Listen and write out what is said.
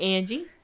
Angie